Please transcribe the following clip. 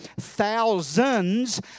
thousands